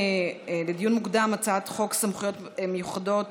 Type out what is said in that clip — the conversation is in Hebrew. לדיון מוקדם מוצמדת הצעת חוק סמכויות מיוחדות